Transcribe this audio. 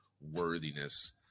worthiness